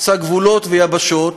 חוצה גבולות ויבשות,